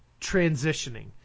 transitioning